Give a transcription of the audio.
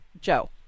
Joe